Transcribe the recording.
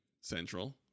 Central